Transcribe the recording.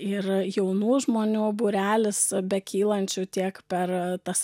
ir jaunų žmonių būrelis bekylančių tiek per tas